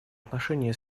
отношении